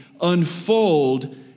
unfold